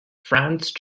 franz